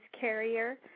Carrier